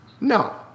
No